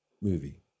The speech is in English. movie